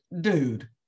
dude